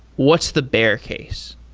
what's the bear case?